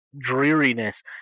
dreariness